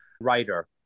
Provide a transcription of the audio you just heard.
writer